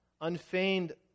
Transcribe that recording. unfeigned